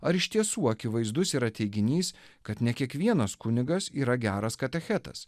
ar iš tiesų akivaizdus yra teiginys kad ne kiekvienas kunigas yra geras katechetas